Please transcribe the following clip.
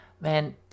Man